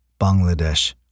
Bangladesh